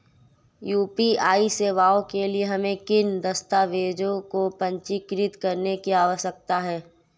UPI सेवाओं के लिए हमें किन दस्तावेज़ों को पंजीकृत करने की आवश्यकता है?